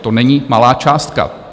To není malá částka.